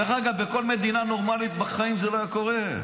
דרך אגב, בכל מדינה נורמלית בחיים זה לא היה קורה.